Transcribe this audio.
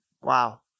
Wow